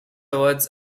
awards